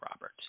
Robert